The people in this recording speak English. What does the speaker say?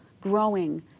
growing